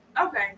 Okay